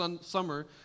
summer